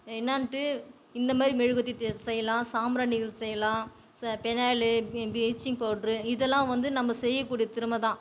என்னான்ட்டு இந்த மாதிரி மெழுகுவர்த்தி தே செய்யலாம் சாம்பிராணிகள் செய்யலாம் சா பெனாயிலு ப்ளீச்சிங் பௌட்ரு இதெல்லாம் வந்து நம்ம செய்யக்கூடிய திறமை தான்